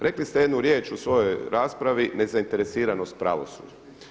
Rekli ste jednu riječ u svojoj raspravi nezainteresiranost pravosuđa.